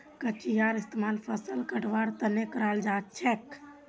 कचियार इस्तेमाल फसल कटवार तने कराल जाछेक